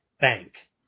bank